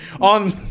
on